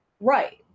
Right